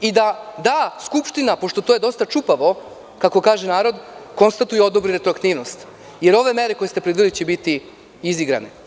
i da da Skupština, pošto je to dosta čupavo, kako kaže narod, konstatuje i odobri tu aktivnost, jer ove mere koje ste predvideli će biti izigrane.